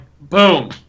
boom